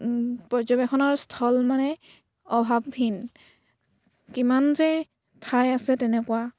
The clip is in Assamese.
পৰ্যবেক্ষণৰ স্থল মানে অভাৱহীন কিমান যে ঠাই আছে তেনেকুৱা